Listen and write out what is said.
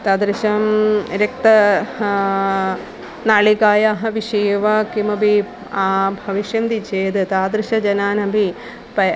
तादृशं रिक्त नलिकायाः विषये वा किमपि भविष्यन्ति चेद् तादृशजनान् अपि प